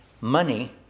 Money